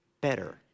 better